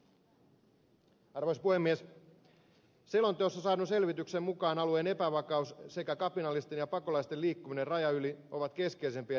selonteossa saadun selvityksen mukaan alueen epävakaus sekä kapinallisten ja pakolaisten liikkuminen rajan yli ovat keskeisimpiä riskitekijöitä alueella